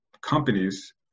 companies